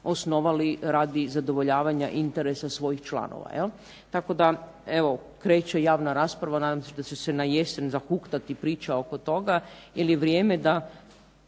osnovali radi zadovoljavanja interesa svojih članova. Tako da kreće javna rasprava, nadam se da će se na jesen zahuktati priča oko toga jer je vrijeme da